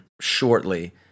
shortly